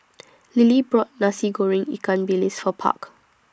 Lillie bought Nasi Goreng Ikan Bilis For Park